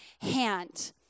hand